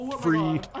Free